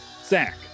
Zach